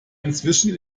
inzwischen